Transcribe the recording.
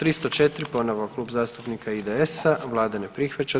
304, ponovo Klub zastupnika IDS-a, Vlada ne prihvaća.